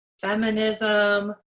feminism